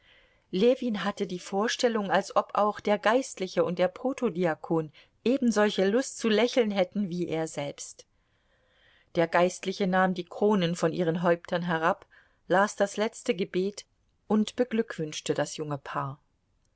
ljewin hatte die vorstellung als ob auch der geistliche und der protodiakon ebensolche lust zu lächeln hätten wie er selbst der geistliche nahm die kronen von ihren häuptern herab las das letzte gebet und beglückwünschte das junge paar